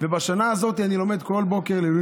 ובשנה הזאת אני לומד כל בוקר לעילוי